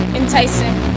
enticing